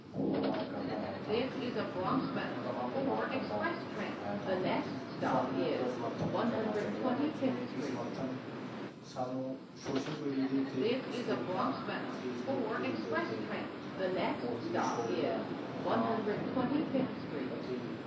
ਵਪਾਰ ਕਰਦਾ ਹੈ ਤਾਂ ਨਵਾਂ ਵਪਾਰ ਕਰਦਾ ਹੈ ਤਾਂ ਸਾਨੂੰ ਉਸਦਾ ਸਮਰਥਨ ਕਰਨਾ ਚਾਹੀਦਾ ਹੈ ਜਿਵੇਂ ਕਿ ਸਮਰਥਨ ਸਾਨੂੰ ਸੋਸ਼ਲ ਮੀਡੀਆ ਦੇ ਉੱਤੇ ਸਟੋਰੀਆਂ ਫੇਸਬੁਕ ਪੇਜ ਦੇ ਉੱਤੇ ਉਸ ਦੀ ਸ਼ੋਪ ਦਾ ਨਾਮ ਅਤੇ